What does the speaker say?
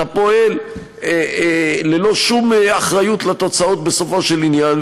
אתה פועל ללא שום אחריות לתוצאות בסופו של עניין,